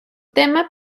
tema